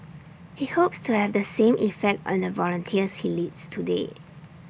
he hopes to have the same effect on the volunteers he leads today